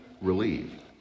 relieved